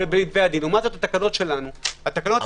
אבל פה זה